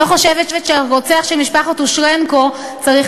לא חושבת שרוצח של משפחת אושרנקו צריך